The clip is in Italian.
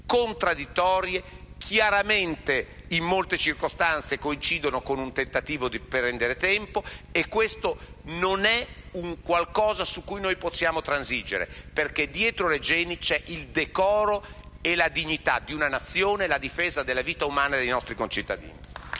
contraddittorie. Chiaramente, in molte circostanze coincidono con il tentativo di prendere tempo; non è qualcosa su cui possiamo transigere, perché dietro Regeni c'è il decoro e la dignità di una Nazione e la difesa della vita umana e dei nostri concittadini.